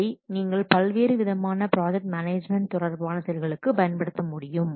இதை நீங்கள் பல்வேறு விதமான ப்ராஜெக்ட் மேனேஜ்மெண்ட் தொடர்பான செயல்களுக்கு பயன்படுத்த முடியும்